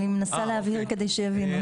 אני מנסה להבהיר כדי שיבינו.